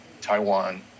Taiwan